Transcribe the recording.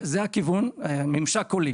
זה הכיוון, ממשק קולי.